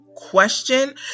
Question